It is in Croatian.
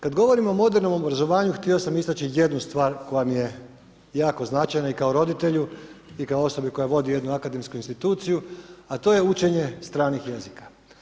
Kad govorimo o modernom obrazovanju, htio sam istači jednu stvar koja mi je jako značajna, kao roditelju i kao osobi koja vodi jednu akademsku instituciju, a to je učenje stranih jezika.